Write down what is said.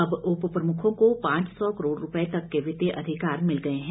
अब उप प्रमुखों को पांच सौ करोड़ रुपये तक के वित्तीय अधिकार मिल गए हैं